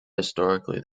historically